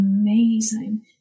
amazing